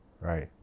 right